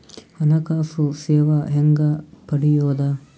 ಹಣಕಾಸು ಸೇವಾ ಹೆಂಗ ಪಡಿಯೊದ?